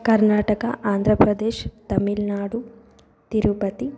कर्णाटकः आन्द्रप्रदेशः तमिल्नाडु तिरुपतिः